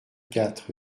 quatre